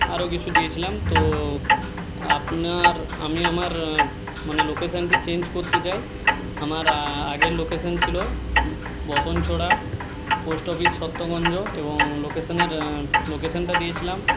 আরও কিছু দিয়েছিলাম তো আপনার আমি আমার মানে লোকেশানটি চেঞ্জ করতে চাই আমার আগের লোকেশান ছিল বসনছোড়া পোস্ট অফিস ছত্তমঞ্জ এবং লোকেশানের লোকেশানটা দিয়েছিলাম